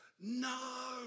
No